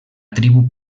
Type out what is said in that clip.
tribu